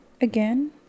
again